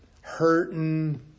hurting